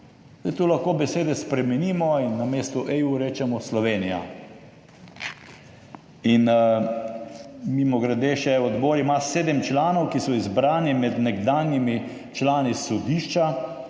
Tu lahko besede spremenimo in namesto EU rečemo Slovenija. In še mimogrede, odbor ima sedem članov, ki so izbrani med nekdanjimi člani Sodišča